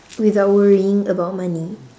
without worrying about money